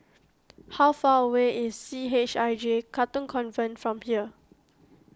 how far away is C H I J Katong Convent from here